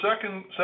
second